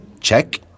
check